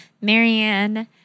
Marianne